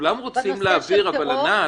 כולם רוצים להבהיר, ענת.